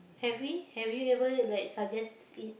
have we have you ever like suggests it